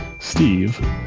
Steve